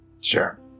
sure